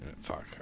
Fuck